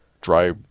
dry